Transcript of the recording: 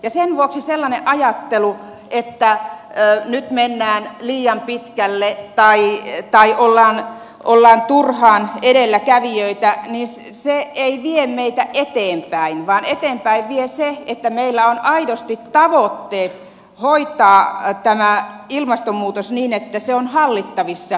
sen vuoksi sellainen ajattelu että nyt mennään liian pitkälle tai ollaan turhaan edelläkävijöitä ei vie meitä eteenpäin vaan eteenpäin vie se että meillä on aidosti tavoitteet hoitaa tämä ilmastonmuutos niin että se on hallittavissa